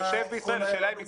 הוא יושב בישראל והשאלה היא אם זה